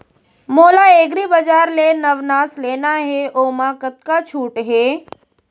मोला एग्रीबजार ले नवनास लेना हे ओमा कतका छूट हे?